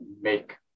make